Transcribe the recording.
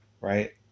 right